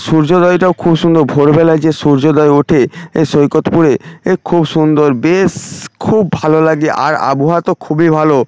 সূর্যোদয়টাও খুব সুন্দর ভোরবেলায় যে সূর্যোদয় ওঠে এ সৈকতপুরে এ খুব সুন্দর বেশ খুব ভালো লাগে আর আবহাওয়া তো খুবই ভালো